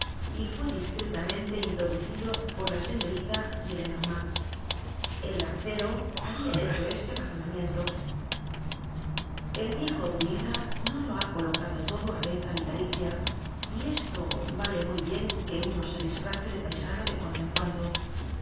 y fue discretamente introducido por la señorita gillenormand el lancero habia hecho este razonamiento el viejo druida no lo ha colocado todo á renta vitalicia y esto vale muy bien que uno se disfrace de paisano de cuando en cuando la